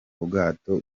ubwato